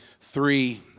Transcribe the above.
three